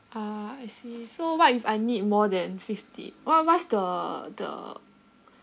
ah I see so what if I need more than fifty what what's the the